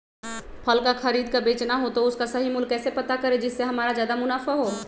फल का खरीद का बेचना हो तो उसका सही मूल्य कैसे पता करें जिससे हमारा ज्याद मुनाफा हो?